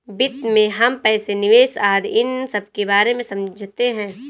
वित्त में हम पैसे, निवेश आदि इन सबके बारे में समझते हैं